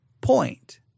point